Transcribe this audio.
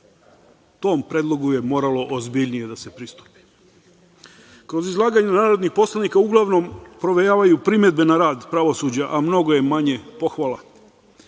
Tom predlogu je moralo ozbiljnije da se pristupi. Kroz izlaganje narodnih poslanika uglavnom provejavaju primedbe na rad pravosuđa, a mnogo je manje pohvala.